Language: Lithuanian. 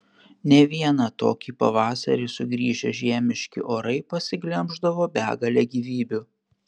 ne vieną tokį pavasarį sugrįžę žiemiški orai pasiglemždavo begalę gyvybių